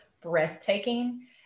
breathtaking